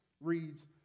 reads